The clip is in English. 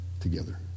together